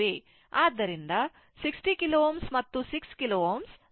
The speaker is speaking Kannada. ಆದ್ದರಿಂದ 60 K Ω ಮತ್ತು 6 K Ω ಸಮಾನಾಂತರವಾಗಿರುತ್ತವೆ